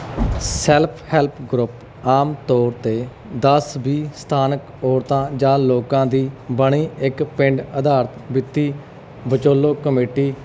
self help group ਆਮ ਤੌਰ 'ਤੇ ਦਸ ਵੀਹ ਸਥਾਨਕ ਔਰਤਾਂ ਜਾਂ ਲੋਕਾਂ ਦੀ ਬਣੀ ਇੱਕ ਪਿੰਡ ਅਧਾਰਿਤ ਵਿੱਤੀ ਵਿਚੋਲੋ ਕਮੇਟੀ